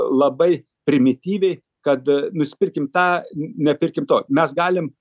labai primityviai kad nusipirkim tą nepirkim to mes galim